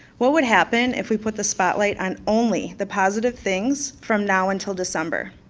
what would happen if we put the spotlight on only the positive things from now until december?